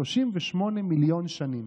38 מיליון שנים.